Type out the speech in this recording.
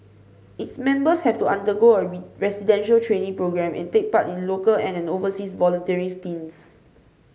its members have to undergo a residential training programme and take part in local and an overseas volunteering stints